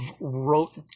wrote